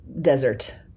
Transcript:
desert